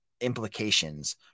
implications